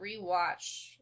rewatch